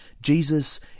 Jesus